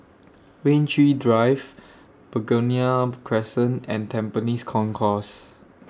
Rain Tree Drive Begonia Crescent and Tampines Concourse